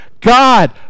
God